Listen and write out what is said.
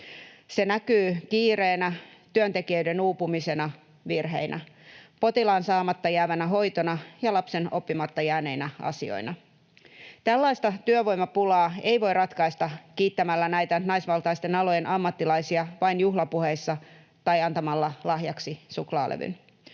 Se näkyy kiireenä, työntekijöiden uupumisena, virheinä, potilaan saamatta jäävänä hoitona ja lapsen oppimatta jääneinä asioina. Tällaista työvoimapulaa ei voi ratkaista kiittämällä näitä naisvaltaisten alojen ammattilaisia vain juhlapuheissa tai antamalla lahjaksi suklaalevyn.